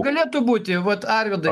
galėtų būti vat arvydai